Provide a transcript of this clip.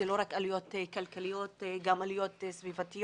אלה לא רק עלויות כלכליות אלא גם עלויות סביבתיות.